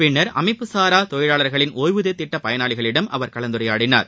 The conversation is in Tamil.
பின்னர் அமைப்பு சாரா தொழிலாளர்களின் ஒய்வூதிய திட்டப் பயனாளிகளிடம் அவர் கலந்துரையாடினார்